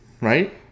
right